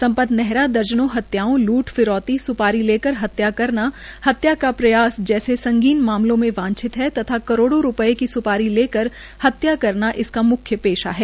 सम्पत नेहरा दर्जनों हत्याओं लूट फिरौती स्पारी लेकर हत्या करना हत्या के प्रयास जैसे संगीन मामलों में वांछित है और करोड़ा रूपये की स्पारी लेकर हतया करना म्ख्या पेशा है